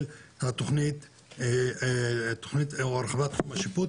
של תכנית הרחבת תחום השיפוט,